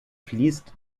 fließt